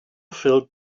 filled